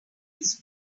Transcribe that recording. his